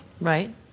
Right